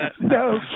No